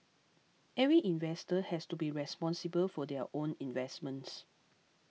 every investor has to be responsible for their own investments